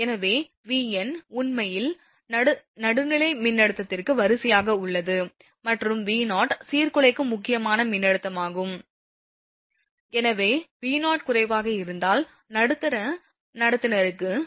எனவே Vn உண்மையில் நடுநிலை மின்னழுத்தத்திற்கு வரிசையாக உள்ளது மற்றும் V0 சீர்குலைக்கும் முக்கியமான மின்னழுத்தமாகும் எனவே V0 குறைவாக இருந்தால் நடுத்தர நடத்துனருக்கு Vn V0 அதிகமாக இருக்கும்